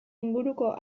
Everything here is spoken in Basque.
inguruko